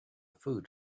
food